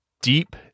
deep